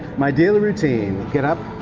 my daily routine get up,